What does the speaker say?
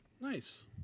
Nice